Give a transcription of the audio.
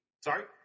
Sorry